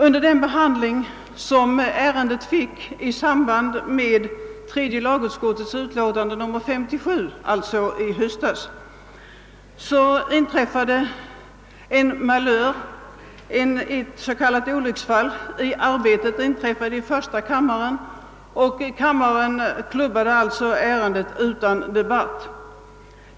Under den behandling som ärendet fick i samband med tredje lagutskottets utlåtande nr 57 i höstas inträffade en malör, ett s.k. olycksfall i arbetet, i första kammaren. Där klubbades nämligen ärendet utan debatt.